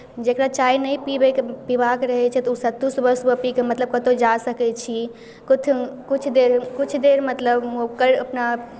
जकरा चाय नहि पीबैके पीबाक रहै छै तऽ ओ सत्तू सुबह सुबह पी कऽ मतलब कतहु जा सकै छी किछु देर किछु देर मतलब ओकर अपना